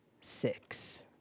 six